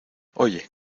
oye